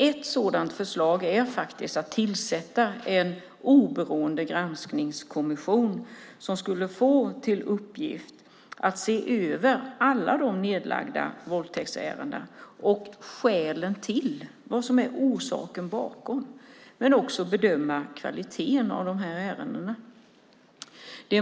Ett förslag är att tillsätta en oberoende granskningskommission som skulle få till uppgift att se över alla de nedlagda våldtäktsärendena och titta på orsaken bakom detta. Den skulle också bedöma kvaliteten i de här ärendena.